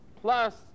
plus